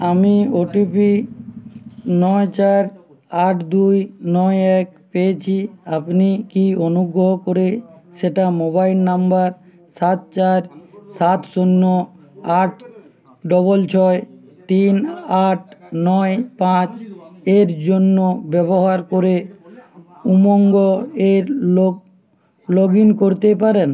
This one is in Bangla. আমি ওটিপি নয় চার আট দুই নয় এক পেয়েছি আপনি কি অনুগ্রহ করে সেটা মোবাইল নাম্বার সাত চার সাত শূন্য আট ডবল ছয় তিন আট নয় পাঁচ এর জন্য ব্যবহার করে উমঙ্গ এর লগ লগ ইন করতে পারেন